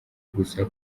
gusa